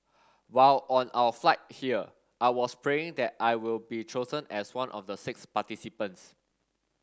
while on our flight here I was praying that I will be chosen as one of the six participants